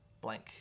blank